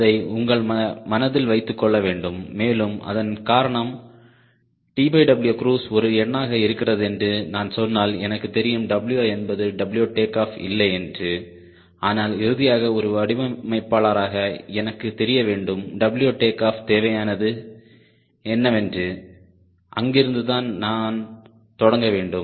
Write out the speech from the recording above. அதை உங்கள் மனதில் வைத்துக் கொள்ள வேண்டும் மேலும் அதன் காரணம் TW குரூஸ் ஒரு எண்ணாக இருக்கிறது என்று நான் சொன்னால் எனக்கு தெரியும் W என்பது W டேக் ஆஃப் இல்லை என்று ஆனால் இறுதியாக ஒரு வடிவமைப்பாளராக எனக்கு தெரிய வேண்டும் W டேக் ஆஃப் தேவையானது என்னவென்று அங்கிருந்துதான் நான் தொடங்க வேண்டும்